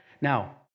Now